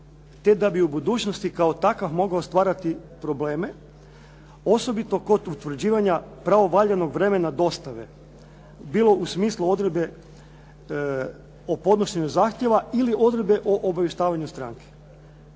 te da bi u budućnosti kao takav mogao stvarati probleme, osobito kod utvrđivanja pravovaljanog vremena dostave, bilo u smislu odredbe o podnošenju zahtjeva ili odredbe o obavještavanju stranke.